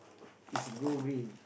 is go green